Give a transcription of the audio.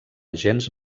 gens